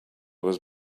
was